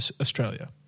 Australia